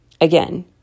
again